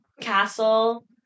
Castle